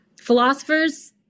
Philosophers